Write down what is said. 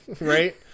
right